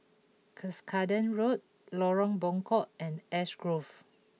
Cuscaden Road Lorong Buangkok and Ash Grove